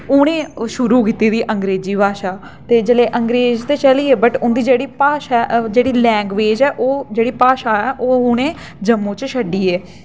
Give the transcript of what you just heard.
उ'नें शुरू कीती दी अंग्रेजी भाशा ते जेल्लै अंग्रेज ते चली गे बट उं'दी जेह्ड़ी भाशा ऐ जेह्ड़ी लैंग्वेज ऐ ओह् जेह्ड़ी भाशा ऐ ओह् उ'नें जम्मू च छोड़ी गे